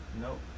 Nope